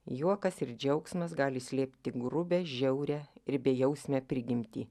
juokas ir džiaugsmas gali slėpti grubią žiaurią ir bejausmę prigimtį